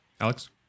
Alex